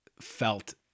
felt